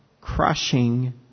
crushing